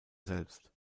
selbst